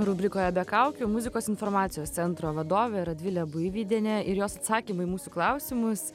rubrikoje be kaukių muzikos informacijos centro vadovė radvilė buivydienė ir jos atsakymai į mūsų klausimus